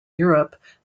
europe